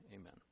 amen